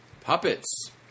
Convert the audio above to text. Puppets